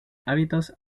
hábitos